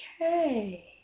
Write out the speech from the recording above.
Okay